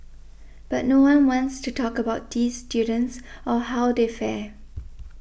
but no one wants to talk about these students or how they fare